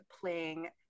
playing